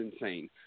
insane